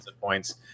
points